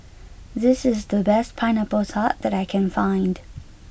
this is the best Pineapple Tart that I can find